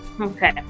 Okay